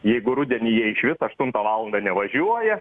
jeigu rudeny jie iš vis aštuntą valandą nevažiuoja